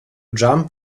jump